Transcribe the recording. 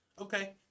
Okay